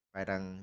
Parang